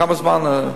כמה זמן?